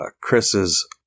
Chris's